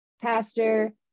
pastor